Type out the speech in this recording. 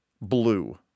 blue